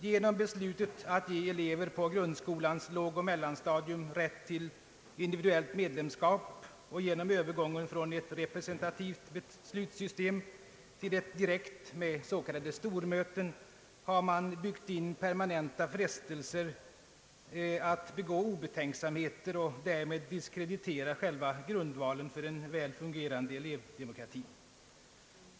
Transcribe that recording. Genom beslutet att ge elever på grundskolans lågoch mellanstadium rätt till individuellt medlemsskap och genom övergången från ett representativt beslutssystem till ett direkt med s.k. stormöten har man byggt in permanenta frestelser att begå obetänksamma handlingar och därigenom diskreditera själva grundvalen för en väl fungerande elevdemokrati.